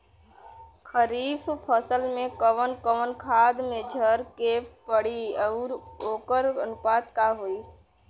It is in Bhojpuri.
खरीफ फसल में कवन कवन खाद्य मेझर के पड़ी अउर वोकर अनुपात का होई?